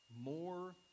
more